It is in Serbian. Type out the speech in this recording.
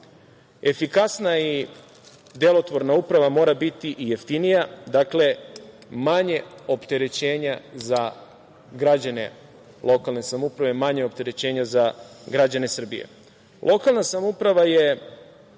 Efikasna i delotvorna uprava mora biti i jeftinija, dakle manje opterećenja za građane lokalne samouprave, manje opterećenja za građane Srbije. Lokalna samouprava je